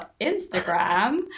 Instagram